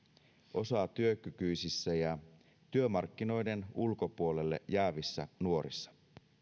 osatyökykyisissä ja työmarkkinoiden ulkopuolelle jäävissä nuorissa